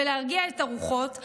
ולהרגיע את הרוחות.